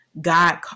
God